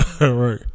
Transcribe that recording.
Right